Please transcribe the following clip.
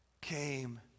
came